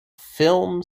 film